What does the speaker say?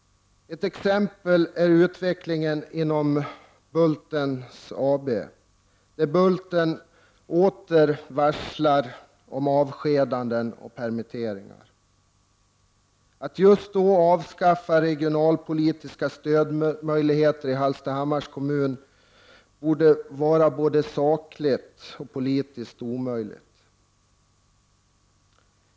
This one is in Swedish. Ett exempel är utvecklingen inom Bulten AB. Bulten varslar åter om avskedanden och permitteringar. Att just då avskaffa regionalpolitiska stöd möjligheter i Hallstahammars kommun borde vara både sakligt och politiskt omöjligt.